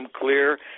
clear